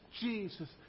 Jesus